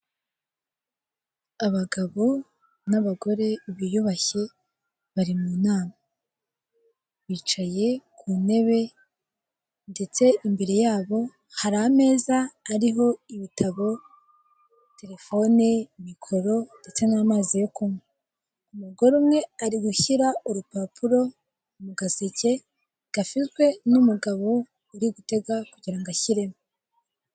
Abagabo n'abagore biyubashye bari mu nama bicaye ku ntebe ndetse imbere yabo hari ameza ariho ibitabo, telefone, mikoro ndetse n'amazi yo kunywa, umugore umwe ari gushyira urupapuro mu gaseke gafitwe n'umugabo uri gutega kugira ngo ashyireho.